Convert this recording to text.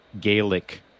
Gaelic